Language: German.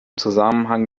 zusammenhang